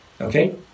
Okay